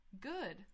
Good